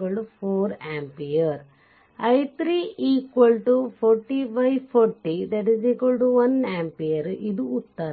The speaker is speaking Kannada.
4040 1 amps ಇದು ಉತ್ತರ